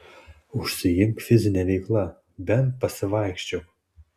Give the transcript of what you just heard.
užsiimk fizine veikla bent pasivaikščiok